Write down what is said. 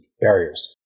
barriers